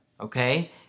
Okay